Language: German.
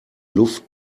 luft